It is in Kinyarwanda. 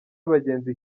abagenzi